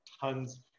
tons